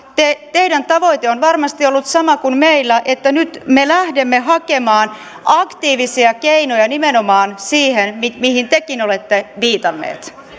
teidän tavoitteenne on varmasti ollut sama kuin meillä että nyt me lähdemme hakemaan aktiivisia keinoja nimenomaan siihen mihin tekin olette viitannut